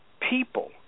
people